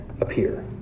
appear